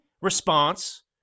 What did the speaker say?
response